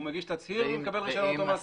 הוא מגיש תצהיר והוא מקבל רישיון אוטומטי.